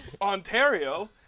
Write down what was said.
Ontario